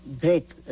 great